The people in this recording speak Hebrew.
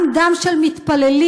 גם דם של מתפללים,